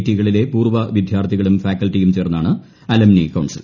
T കളിലെ പൂർവ്വ വിദ്യാർത്ഥികളും ഫാക്കൽറ്റിയും ചേർന്നാണ് അലംനി കൌൺസിൽ